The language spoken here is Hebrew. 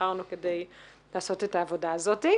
שנבחרנו כדי לעשות את העבודה הזאת.